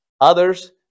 Others